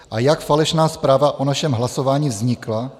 A jak falešná zpráva o našem hlasování vznikla?